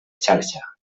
xarxa